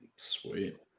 Sweet